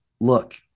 look